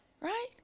right